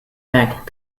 back